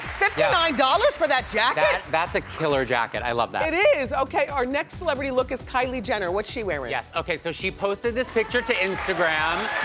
fifty nine dollars for that jacket? that's a killer jacket, i love that. it is. okay, our next celebrity look is kylie jenner, what's she wearing. yes okay, so she posted this picture to instagram,